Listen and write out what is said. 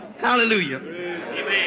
Hallelujah